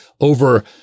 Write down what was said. over